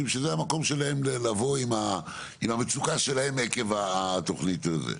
שזה המקום שלהם לבוא עם המצוקה שלהם עקב התוכנית הזאת.